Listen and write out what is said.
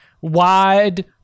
wide